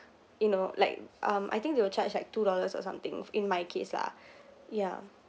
you know like um I think they will charge like two dollars or something in my case lah ya